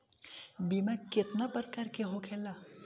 बीमा केतना प्रकार के होखे ला?